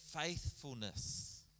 faithfulness